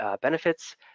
Benefits